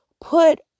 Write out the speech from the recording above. put